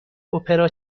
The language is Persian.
اپرا